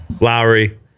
Lowry